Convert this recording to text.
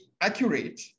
accurate